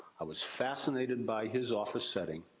i was fascinated by his office setting.